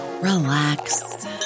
relax